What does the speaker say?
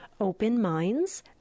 openminds